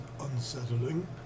unsettling